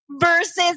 versus